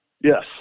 Yes